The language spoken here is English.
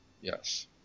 Yes